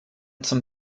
zum